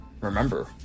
remember